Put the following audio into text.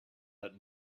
that